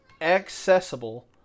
accessible